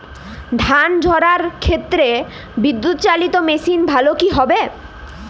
ধান ঝারার ক্ষেত্রে বিদুৎচালীত মেশিন ভালো কি হবে?